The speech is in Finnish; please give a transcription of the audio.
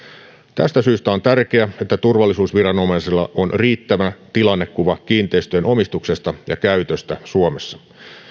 tästä syystä on tärkeää että turvallisuusviranomaisilla on riittävä tilannekuva kiinteistöjen omistuksesta ja käytöstä suomessa